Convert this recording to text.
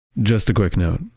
just a quick note,